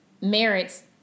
merits